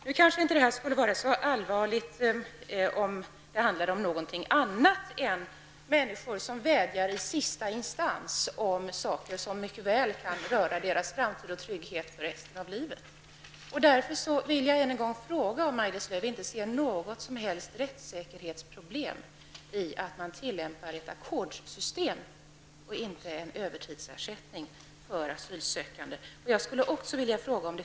Nu hade detta kanske inte varit så allvarligt om det handlat om något annat än människor, som vädjar i sista instans om saker som mycket väl kan röra deras framtid och trygghet för resten av livet. Därför vill jag än en gång fråga om Maj-Lis Lööw inte ser något som helst rättssäkerhetsproblem i att man tillämpar ett ackordssystem och inte en övertidsersättning för handläggning av ärenden rörande asylsökningar?